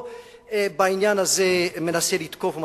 ובעניין הזה אני לא מנסה לתקוף,